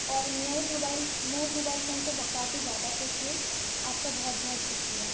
اور میں اس موبائل میں اس موبائل فون سے کافی زیادہ خوش ہوئی آپ کا بہت بہت شکریہ